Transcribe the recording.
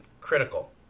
critical